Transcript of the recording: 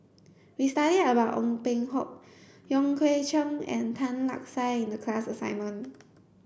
we studied about Ong Peng Hock Wong Kwei Cheong and Tan Lark Sye in the class assignment